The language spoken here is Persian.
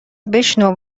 بشنو